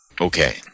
Okay